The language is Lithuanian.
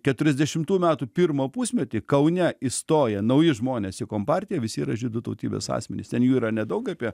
keturiasdešimtų metų pirmą pusmetį kaune įstoja nauji žmonės į kompartiją visi yra žydų tautybės asmenys ten jų yra nedaug apie